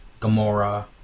gamora